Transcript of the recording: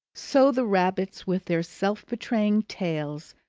so the rabbits with their self-betraying tails,